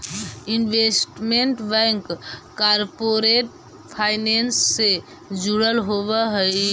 investment bank corporate finance से जुड़ल होवऽ हइ